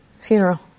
funeral